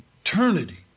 eternity